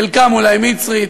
חלקם אולי מצרית,